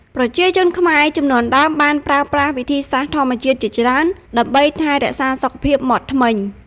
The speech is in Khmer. ប្រជាជនខ្មែរជំនាន់ដើមបានប្រើប្រាស់វិធីសាស្រ្តធម្មជាតិជាច្រើន ដើម្បីថែរក្សាសុខភាពមាត់ធ្មេញ។